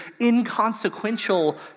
inconsequential